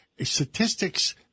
Statistics